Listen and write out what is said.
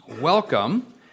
welcome